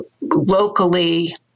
locally